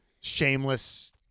shameless